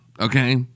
okay